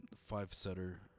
five-setter